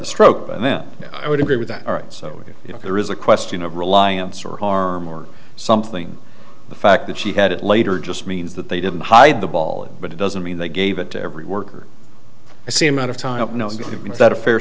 the stroke and then i would agree with that so if there is a question of reliance or harm or something the fact that she had it later just means that they didn't hide the ball but it doesn't mean they gave it to every worker i see amount of time that a fair